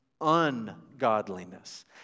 ungodliness